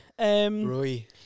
Roy